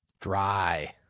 Dry